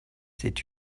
c’est